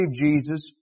Jesus